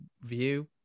view